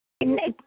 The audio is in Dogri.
किन्ने